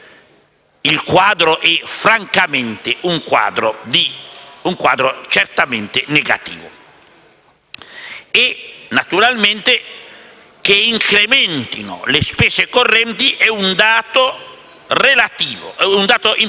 il quadro è francamente e certamente negativo. Naturalmente, che incrementino le spese correnti è un dato importante.